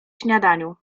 śniadaniu